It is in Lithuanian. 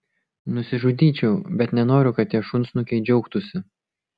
nusižudyčiau bet nenoriu kad tie šunsnukiai džiaugtųsi